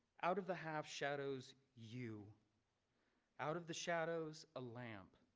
out of the half shadows you out of the shadows, a lamp,